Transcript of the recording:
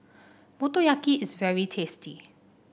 Motoyaki is very tasty